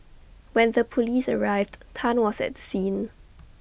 when the Police arrived Tan was at the scene